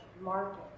market